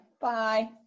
bye